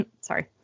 sorry